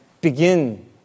begin